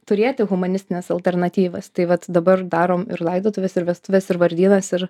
turėti humanistines alternatyvas tai vat dabar darom ir laidotuves ir vestuves ir vardynas ir